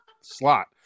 slot